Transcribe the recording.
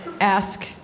ask